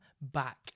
back